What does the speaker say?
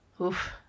Oof